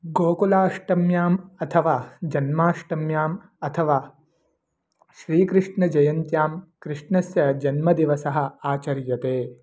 गोकुलाष्टम्याम् अथवा जन्माष्टम्याम् अथवा श्रीकृष्णजयन्त्यां कृष्णस्य जन्मदिवसः आचर्यते